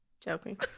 Joking